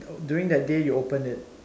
during that day you open it